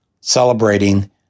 celebrating